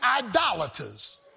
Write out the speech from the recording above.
idolaters